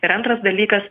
ir antras dalykas